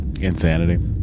Insanity